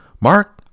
Mark